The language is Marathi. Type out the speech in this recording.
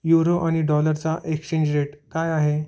युरो आणि डॉलरचा एक्सचेंज रेट काय आहे